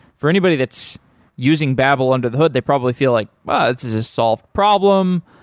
for anybody that's using babel under the hood, they probably feel like, but this is a solved problem.